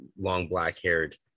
long-black-haired